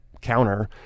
counter